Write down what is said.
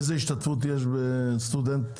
איזו השתתפות יש לסטודנט?